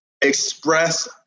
express